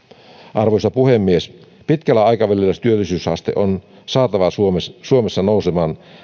arvoisa puhemies pitkällä aikavälillä työllisyysaste on saatava suomessa suomessa nousemaan